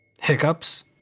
Hiccups